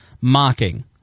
mocking